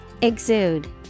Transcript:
Exude